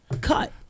cut